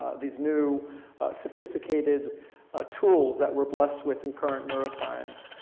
these new sophisticated ah tools that we're blessed with in current neuroscience,